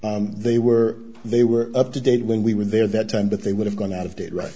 they were they were up to date when we were there that time but they would have gone out of date right